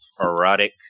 erotic